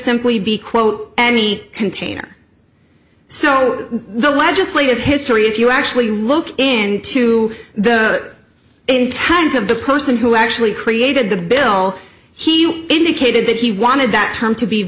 simply be quote any container so the legislative history if you actually look and to the intent of the person who actually created the bill he indicated that he wanted that term to be